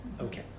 Okay